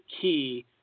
key